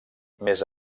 més